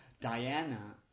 Diana